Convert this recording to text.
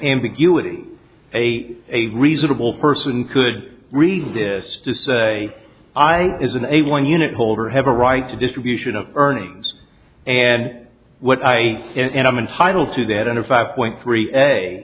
ambiguity a reasonable person could read this to say i isn't a one unit holder have a right to distribution of earnings and what i and i'm entitled to that under five point three